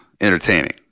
entertaining